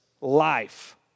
life